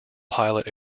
pilot